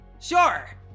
Sure